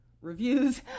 reviews